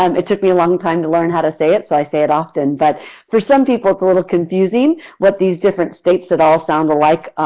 um it took me a long time to learn how to say it, so i say if often, but for some people it's a little confusing what these different states, that all sound alike,